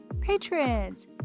patrons